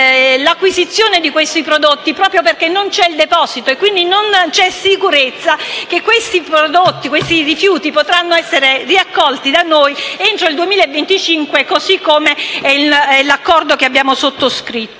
l'acquisizione di questi prodotti, proprio perché non c'è il deposito e quindi non c'è sicurezza che questi rifiuti potranno essere riaccolti da noi entro il 2025, come previsto dall'accordo da noi sottoscritto.